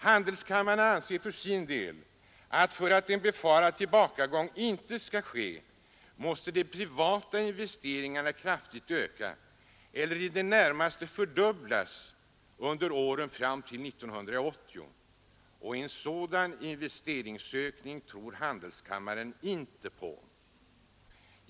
Handelskammaren anser för sin del att för att en befarad tillbakagång inte skall ske måste de privata investeringarna i det närmaste fördubblas under åren fram till 1980. En sådan investeringsökning tror handelskammaren inte på.